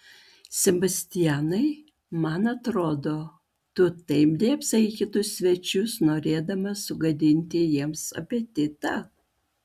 sebastianai man atrodo tu taip dėbsai į kitus svečius norėdamas sugadinti jiems apetitą